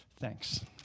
Thanks